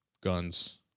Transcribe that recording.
guns